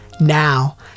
Now